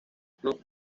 club